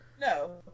no